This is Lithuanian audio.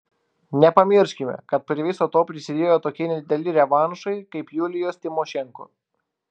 nepamirškime kad prie viso to prisidėjo tokie nedideli revanšai kaip julijos tymošenko